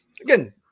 Again